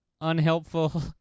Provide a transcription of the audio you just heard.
unhelpful